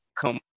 Come